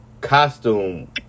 costume